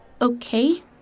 okay